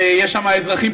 ויש שם אזרחים,